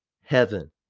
heaven